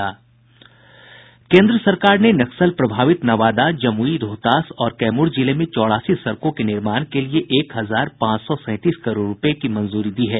केन्द्र सरकार ने नक्सल प्रभावित नवादा जमुई रोहतास और कैमूर जिले में चौरासी सड़कों के निर्माण के लिए एक हजार पांच सौ सैंतीस करोड़ रूपये की मंजूरी दी है